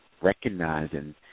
recognizing